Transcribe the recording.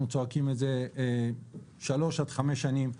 אנחנו צועקים את זה שלוש עד חמש שנים.